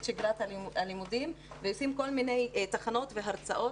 שגרת הלימודים ועושים כל מיני תחנות והרצאות,